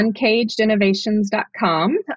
uncagedinnovations.com